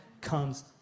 comes